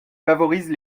favorise